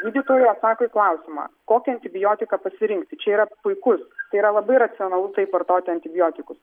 gydytojui atsako į klausimą kokį antibiotiką pasirinkti čia yra puikus tai yra labai racionalu taip vartoti antibiotikus